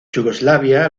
yugoslavia